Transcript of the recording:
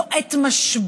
זו עת משבר,